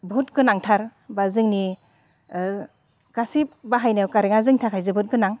बुहुद गोनांथार बा जोंनि गासै बाहायनायाव कारेन्टआ जोंनि थाखाय जोबोद गोनां